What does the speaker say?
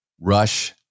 Rush